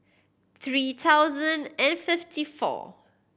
three thousand and fifty four